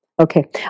Okay